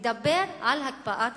לדבר על הקפאת ההתנחלויות.